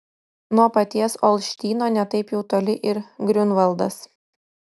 nuo paties olštyno ne taip jau toli ir griunvaldas